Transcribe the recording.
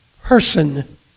person